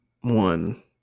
one